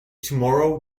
tomorrow